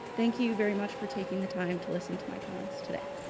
thank you very much for taking the time to listen to my comments today.